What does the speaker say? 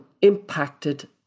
impacted